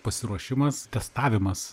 pasiruošimas testavimas